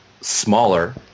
smaller